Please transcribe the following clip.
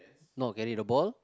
not getting the ball